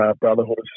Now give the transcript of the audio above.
Brotherhood